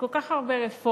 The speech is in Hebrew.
לכל כך הרבה רפורמות,